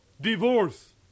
Divorce